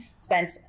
spent